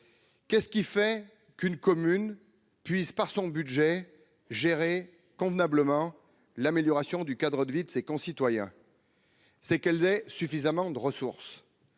qu'est-ce qui fait qu'une commune puisse par son budget, gérer convenablement l'amélioration du cadre de vie de ses concitoyens, c'est qu'elles aient suffisamment de ressources,